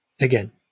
again